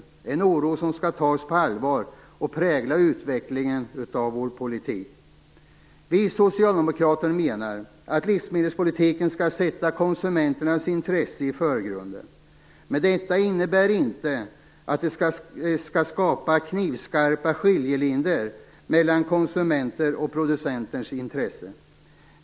Denna oro skall tas på allvar och prägla utvecklingen av vår politik. Vi socialdemokrater menar att livsmedelspolitiken skall sätta konsumenternas intresse i förgrunden. Men detta innebär inte att det skall skapas knivskarpa skiljelinjer mellan konsumenters och producenters intresse.